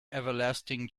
everlasting